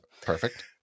Perfect